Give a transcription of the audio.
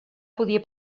podia